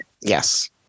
Yes